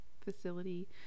facility